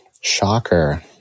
Shocker